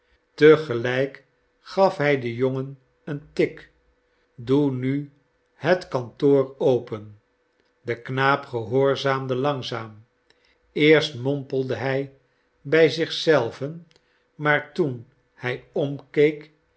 gelijk gaf hij den jongen een tik doe nu het kantoor open de knaap gehoorzaamde langzaam eerst mompelde hij bij zich zelven maar toen hij